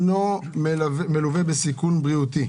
לא היה ראוי בעניין הזה לא להתייחס ליתר ההמלצות.